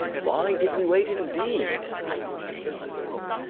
why did we wait, indeed? i do not know.